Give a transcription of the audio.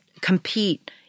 compete